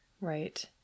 Right